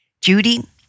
Judy